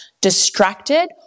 distracted